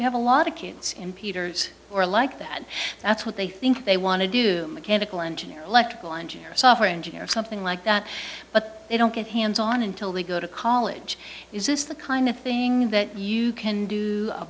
we have a lot of kids in peter's or like that that's what they think they want to do mechanical engineer electrical engineer software engineer or something like that but they don't get hands on until they go to college is this the kind of thing that you can do a